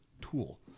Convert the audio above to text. tool